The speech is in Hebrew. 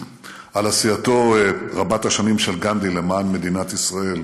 על עשייתו רבת השנים של גנדי למען מדינת ישראל